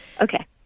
Okay